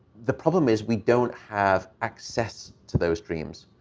the problem is we don't have access to those dreams.